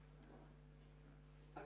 אנחנו